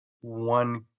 one